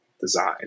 design